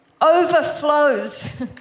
overflows